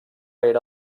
era